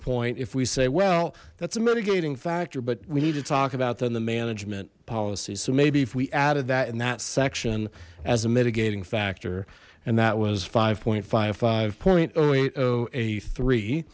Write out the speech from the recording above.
point if we say well that's a mitigating factor but we need to talk about then the management policy so maybe if we added that in that section as a mitigating factor and that was five point five five point oh eight oh a three